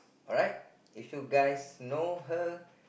alright if you guys know her